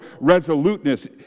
resoluteness